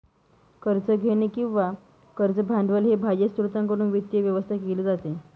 कर्ज घेणे किंवा कर्ज भांडवल हे बाह्य स्त्रोतांकडून वित्त व्यवस्था केली जाते